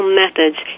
methods